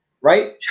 Right